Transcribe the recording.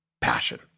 passion